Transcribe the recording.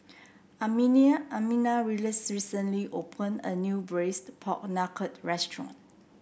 Almina recently open a new Braised Pork Knuckle restaurant